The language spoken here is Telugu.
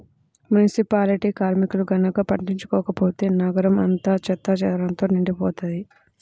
మునిసిపాలిటీ కార్మికులు గనక పట్టించుకోకపోతే నగరం అంతా చెత్తాచెదారంతో నిండిపోతది